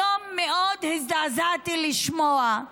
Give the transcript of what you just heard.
היום מאוד הזדעזעתי לשמוע,